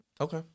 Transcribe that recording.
Okay